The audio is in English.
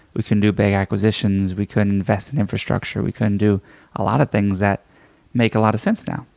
we couldn't do big acquisitions, we couldn't invest in infrastructure, we couldn't do a lot of things that make a lot of sense now.